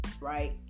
right